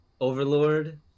Overlord